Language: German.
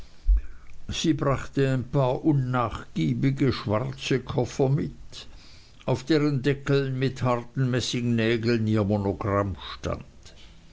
sie brachte ein paar unnachgiebige schwarze koffer mit auf deren deckeln mit harten messingnägeln ihr monogramm stand